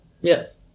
Yes